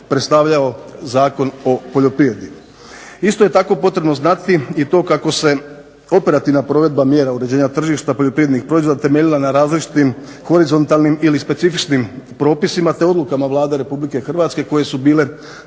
predstavljao Zakon o poljoprivredi. Isto je tako potrebno znati i to kako se operativna provedba mjera uređenja tržišta poljoprivrednih proizvoda temeljila na različitim horizontalnim ili specifičnim propisima te odlukama Vlade Republike Hrvatske koje su bile